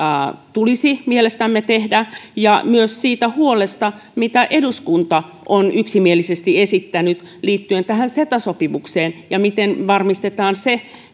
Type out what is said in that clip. tulisi mielestämme tehdä ja myös siitä huolesta mitä eduskunta on yksimielisesti esittänyt liittyen ceta sopimukseen ja siihen miten varmistetaan se